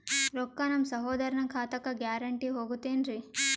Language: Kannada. ರೊಕ್ಕ ನಮ್ಮಸಹೋದರನ ಖಾತಕ್ಕ ಗ್ಯಾರಂಟಿ ಹೊಗುತೇನ್ರಿ?